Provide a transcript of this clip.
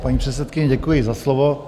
Paní předsedkyně, děkuji za slovo.